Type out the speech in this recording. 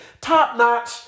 top-notch